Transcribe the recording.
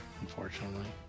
unfortunately